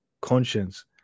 conscience